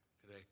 today